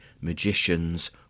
magicians